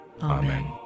Amen